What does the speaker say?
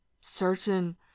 Certain